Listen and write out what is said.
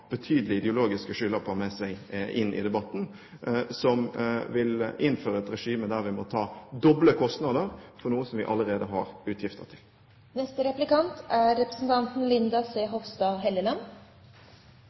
betydelige ideologiske skylapper på seg inn i debatten. De vil innføre et regime der vi må ta doble kostnader for noe som vi allerede har utgifter